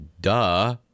duh